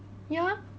yeah